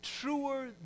truer